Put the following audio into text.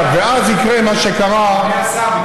ואז יקרה מה שקרה, אדוני השר,